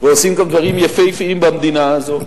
ועושים גם דברים יפהפיים במדינה הזאת.